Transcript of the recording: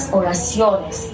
oraciones